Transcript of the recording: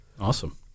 Awesome